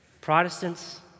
Protestants